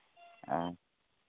ᱚ